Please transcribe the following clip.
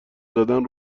زدن